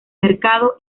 mercado